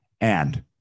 and-